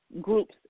groups